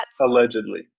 allegedly